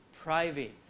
private